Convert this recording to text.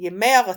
– ימי הרצון.